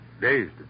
dazed